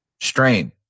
strain